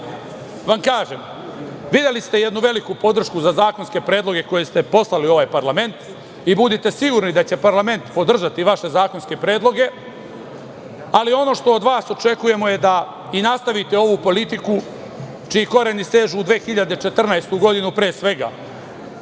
vam kažem, videli ste jednu veliku podršku za zakonske predloge koje ste poslali u ovaj parlament i budite sigurni da će parlament podržati vaše zakonske predloge, ali ono što od vas očekujemo je da i nastavite ovu politiku čiji koreni sežu u 2014. godinu, pre svega.